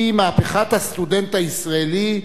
היא מהפכת הסטודנט הישראלי,